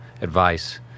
advice